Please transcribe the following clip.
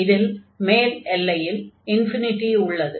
இதில் மேல் எல்லையில் உள்ளது